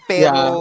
Pero